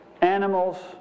animals